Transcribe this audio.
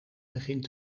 begint